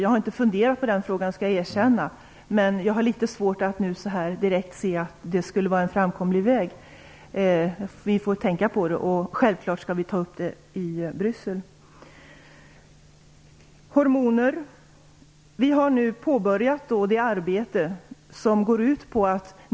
Jag skall erkänna att jag inte har funderat på den frågan. Men jag har litet svårt att nu direkt se att det skulle vara en framkomlig väg. Vi får tänka på det, och vi skall självklart ta upp frågan i Bryssel. Så till frågan om hormoner. Vi har nu påbörjat arbetet.